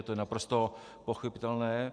To je naprosto pochopitelné.